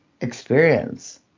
experience